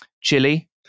Chili